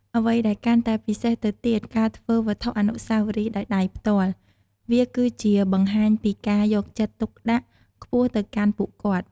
អ្វីដែលកាន់តែពិសេសទៅទៀត ការធ្វើវត្ថុអនុស្សាវរីយ៍ដោយដៃផ្ទាល់ វាគឺជាបង្ហាញពីការយកចិត្តទុកដាក់ខ្ពស់ទៅកាន់ពួកគាត់។